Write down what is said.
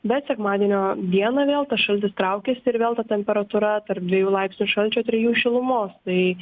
bet sekmadienio dieną vėl šaltis traukiasi ir vėl ta temperatūra tarp dviejų laipsnių šalčio trijų šilumos tai